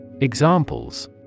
Examples